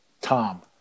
Tom